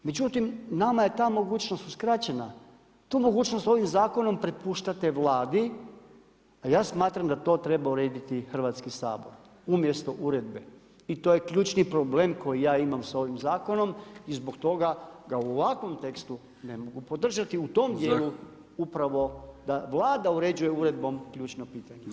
Međutim nama je ta mogućnost uskraćena, tu mogućnost ovim zakonom prepuštate Vladi, a ja smatram da to treba urediti Hrvatski sabor umjesto uredbe i to je ključni problem koji ja imam s ovim zakonom i zbog toga ga u ovakvom tekstu ne mogu podržati u tom dijelu upravo da Vlada uređuje uredbom ključna pitanja.